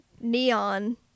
neon